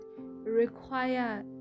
require